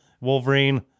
Wolverine